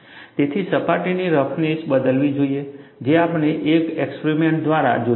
તેથી સપાટીની રફનેસ બદલવી જોઈએ જે આપણે એક એક્સપરીમેન્ટ દ્વારા જોઈશું